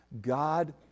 God